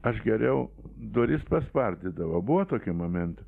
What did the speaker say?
aš geriau duris paspardydavau buvo tokių momentų